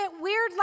weird